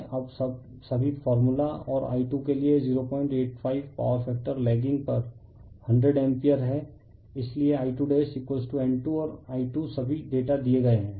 अब सभी फार्मूला और I2 के लिए 085 पावर फैक्टर लैगिंग पर 100 एम्पीयर है इसलिए I2N2 और I2 सभी डेटा दिए गए हैं